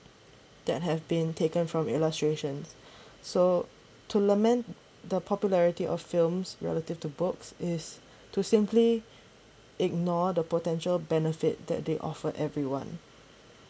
that have been taken from illustrations so to lament the popularity of films relative to books is to simply ignore the potential benefits that they offer everyone